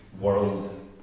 world